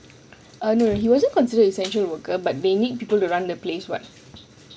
err no he wasn't considered essential worker but they need people to run the place [what]